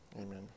Amen